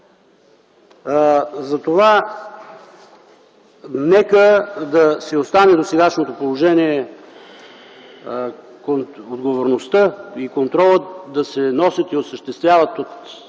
Затова нека да си остане досегашното положение – отговорността и контролът да се носят и осъществяват от